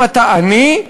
אם אתה עני,